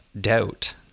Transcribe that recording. Doubt